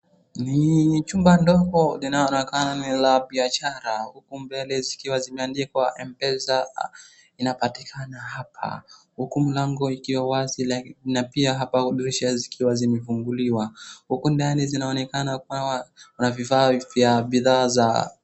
Ni chumba ndogo linaonekana ni la biashara huku mbele zikiwa zimeandikwa M-Pesa inapatikana hapa. Huku mlango ukiwa wazi na pia hapa dirisha zikiwa zimefunguliwa. Huku ndani zinaonekana kuwa na vifaa vya bidhaa za